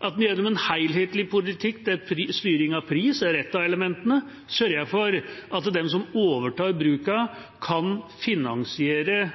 at vi gjennom en helhetlig politikk, der styring av pris er et av elementene, sørger for at de som overtar brukene, kan finansiere